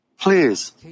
Please